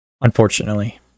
Unfortunately